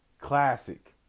Classic